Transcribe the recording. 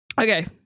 okay